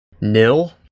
Nil